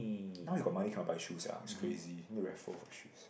now you got money cannot buy shoes sia it's crazy need raffle for shoes